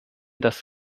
das